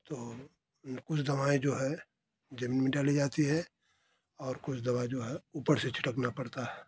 तो कुछ दवाएँ जो हैं जमीन में डाली जाती है और कुछ दवा जो है ऊपर से छिड़कना पड़ता है